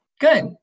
Good